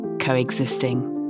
Coexisting